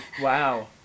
wow